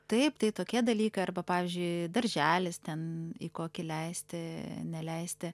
taip tai tokie dalykai arba pavyzdžiui darželis ten į kokį leisti neleisti